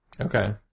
Okay